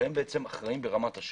הם אחראים באמת השטח.